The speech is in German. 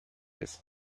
ist